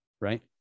right